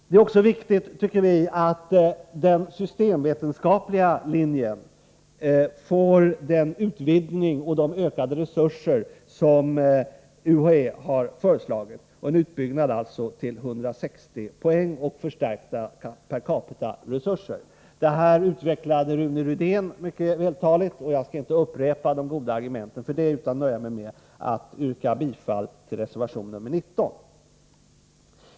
Det är också viktigt, tycker vi, att den systemvetenskapliga linjen får den utvidgning och de ökade resurser som UHÄ föreslagit; det innebär alltså en utbyggnad till 160 poäng och förstärkta per capita-resurser. Det här utvecklade Rune Rydén mycket vältaligt, och jag skall inte upprepa de argumenten utan nöja mig med att yrka bifall till reservation nr 19.